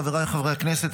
חבריי חברי הכנסת,